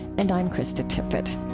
and i'm krista tippett